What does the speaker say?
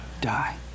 Die